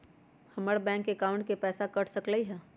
हमर bank account से पैसा कट सकलइ ह?